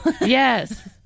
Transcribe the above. Yes